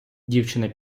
дівчина